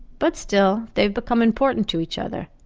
but still, they have become important to each other.